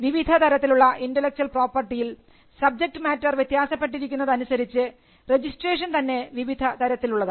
വിവിധതരത്തിലുള്ള ഇന്റെലക്ച്വൽ പ്രോപ്പർട്ടിയിൽ subject matter വ്യത്യാസപ്പെട്ടിരിക്കുന്നതനുസരിച്ച് രജിസ്ട്രേഷൻ തന്നെ വിവിധ തരത്തിലുള്ളതാണ്